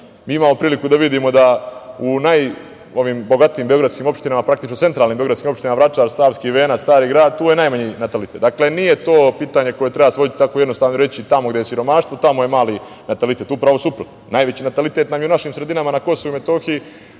Imamo priliku da vidimo da u najbogatijim beogradskim opštinama, praktično centralnim beogradskim opštinama, Vračar, Savski Venac, Stari Grad, tu je najmanji natalitet. Nije jednostavno reći tamo gde je siromaštvo, tamo je mali natalitet. Upravo suprotno, najveći natalitet nam je u našim sredinama na KiM,